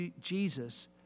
Jesus